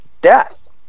Death